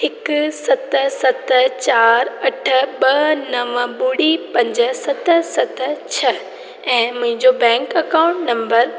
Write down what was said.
हिकु सत सत चारि अठ ॿ नव ॿुड़ी पंज सत सत छ ऐं मुहिंजो बैंक अकाऊंट नंबर